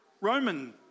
Roman